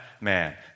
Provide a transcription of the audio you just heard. man